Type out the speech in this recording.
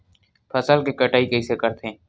फसल के कटाई कइसे करथे?